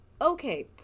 okay